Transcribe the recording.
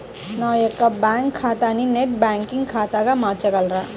నా యొక్క బ్యాంకు ఖాతాని నెట్ బ్యాంకింగ్ ఖాతాగా మార్చగలరా?